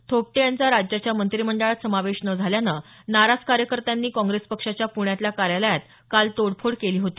थोपटे यांचा राज्याच्या मंत्रिमंडळात समावेश न झाल्यानं नाराज कार्यकर्त्यांनी काँप्रेस पक्षाच्या पृण्यातल्या कार्यालयात काल तोडफोड केली होती